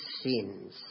sins